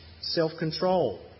self-control